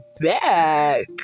back